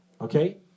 Okay